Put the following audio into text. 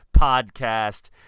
podcast